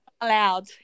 allowed